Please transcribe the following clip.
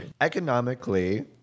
economically